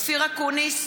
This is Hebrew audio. אופיר אקוניס,